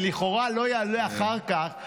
שלכאורה לא יעלה אחר כך,